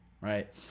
right